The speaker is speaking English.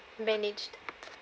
managed